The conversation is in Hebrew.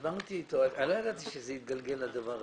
לא ידעתי שזה יתגלגל לדבר הזה.